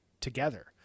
together